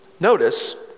Notice